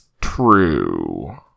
True